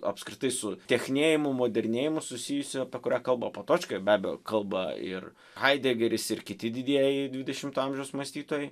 apskritai su technėjimu modernėjimu susijusi apie kurią kalba potočka ir be abejo kalba ir haidegeris ir kiti didieji dvidešimto amžiaus mąstytojai